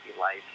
life